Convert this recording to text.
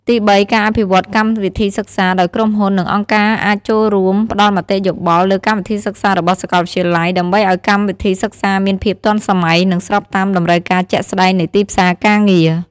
ទីបីការអភិវឌ្ឍកម្មវិធីសិក្សា ដោយក្រុមហ៊ុន និងអង្គការអាចចូលរួមផ្តល់មតិយោបល់លើកម្មវិធីសិក្សារបស់សាកលវិទ្យាល័យ ដើម្បីឱ្យកម្មវិធីសិក្សាមានភាពទាន់សម័យ និងស្របតាមតម្រូវការជាក់ស្តែងនៃទីផ្សារការងារ។